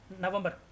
November